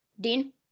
Dean